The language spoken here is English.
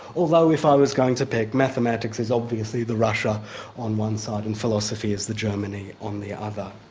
although if i was going to pick, mathematics is obviously the russia on one side and philosophy as the germany on the other.